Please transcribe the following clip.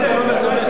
מי בעד?